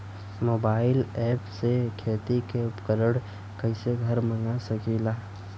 Mobile ऐपसे खेती के उपकरण कइसे घर मगा सकीला?